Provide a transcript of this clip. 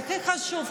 הכי חשוב,